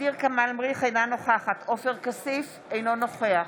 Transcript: ע'דיר כמאל מריח, אינה נוכחת עופר כסיף, אינו נוכח